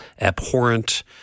abhorrent